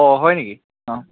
অ হয় নেকি অ